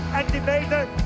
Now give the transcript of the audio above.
activated